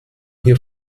hier